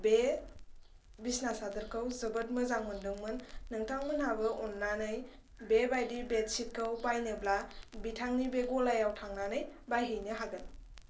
बे बिसना सादोरखौ जोबोद मोजां मोनदोंमोन नोंथांमोनाबो अननानै बे बायदि बेदसिटखौ बायनोब्ला बिथांनि बे गलायाव थांनानै बायहैनो हागोन